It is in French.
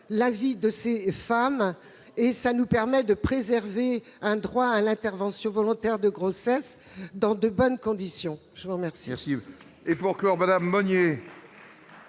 la vie de ces femmes et nous permet de préserver un droit à l'intervention volontaire de grossesse dans de bonnes conditions. La parole